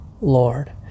Lord